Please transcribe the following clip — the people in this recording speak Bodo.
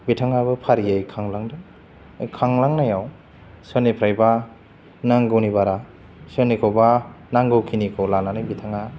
बिथाङाबो फारियै खालांदों खांलांनायाव सोरनिफ्रायबा नांगौनि बारा सोरनिखौबा नांगौखिनिखौ लानानै बिथाङा